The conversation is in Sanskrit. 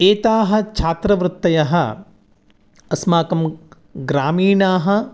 एताः छात्रवृत्तयः अस्माकं ग्रामीणाः